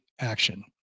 action